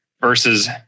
versus